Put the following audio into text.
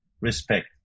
respect